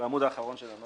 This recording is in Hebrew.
בעמוד האחרון של הנוסח.